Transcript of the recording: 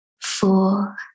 four